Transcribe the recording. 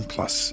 Plus